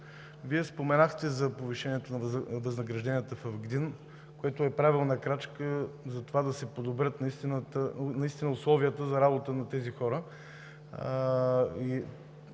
Вие споменахте за повишението на възнагражденията в ГДИН, което е правилна крачка за това да се подобрят наистина условията за работа на тези хора.